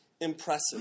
impressive